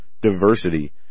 diversity